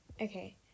Okay